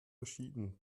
verschieden